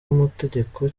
amategeko